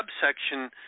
subsection